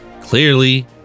Clearly